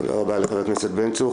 תודה רבה, חבר הכנסת בן-צור.